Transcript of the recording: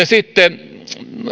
sitten